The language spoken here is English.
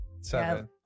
Seven